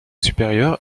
supérieur